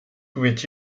pouvaient